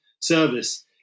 service